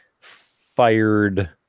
fired